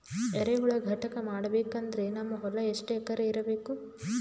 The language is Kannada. ಎರೆಹುಳ ಘಟಕ ಮಾಡಬೇಕಂದ್ರೆ ನಮ್ಮ ಹೊಲ ಎಷ್ಟು ಎಕರ್ ಇರಬೇಕು?